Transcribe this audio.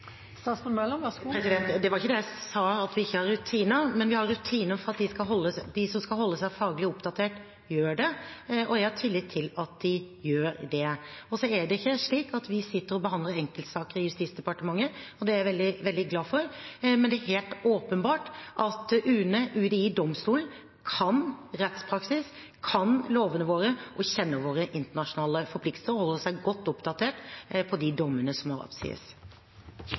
Det var ikke det jeg sa, at vi ikke har rutiner. Vi har rutiner for at de som skal holde seg faglig oppdatert, gjør det. Jeg har tillit til at de gjør det. Så er det ikke slik at vi sitter og behandler enkeltsaker i Justisdepartementet. Det er jeg veldig glad for. Men det er helt åpenbart at UNE, UDI og domstolene kan rettspraksis, kan lovene våre og kjenner våre internasjonale forpliktelser og holder seg godt oppdatert på de dommene som